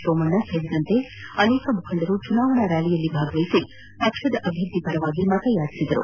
ಸೋಮಣ್ಣ ಸೇರಿದಂತೆ ಅನೇಕ ಮುಖಂಡರು ಚುನಾವಣಾ ರ್ಯಾಲಿಯಲ್ಲಿ ಭಾಗವಹಿಸಿ ಪಕ್ಷದ ಅಭ್ಯರ್ಥಿ ಪರ ಮತಯಾಚಿಸಿದರು